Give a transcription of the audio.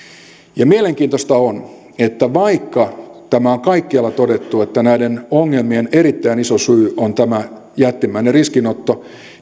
mielenkiintoista on että vaikka on kaikkialla todettu että näiden ongelmien erittäin iso syy on tämä jättimäinen riskinotto